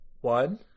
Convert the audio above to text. One